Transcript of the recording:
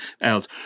else